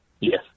Yes